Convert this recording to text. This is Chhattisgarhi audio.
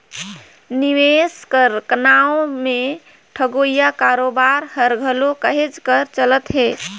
निवेस कर नांव में ठगोइया कारोबार हर घलो कहेच कर चलत हे